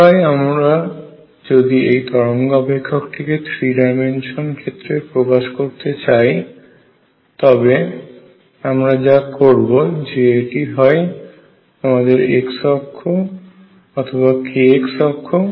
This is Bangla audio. পুনরায় আমরা যদি এই তরঙ্গ অপেক্ষকটিকে থ্রি ডাইমেনশন ক্ষেত্রে প্রকাশ করতে চাই তবে আমরা যা করব যে এটি হয় আমাদের x অক্ষ অথবা kx অক্ষ